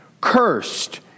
Cursed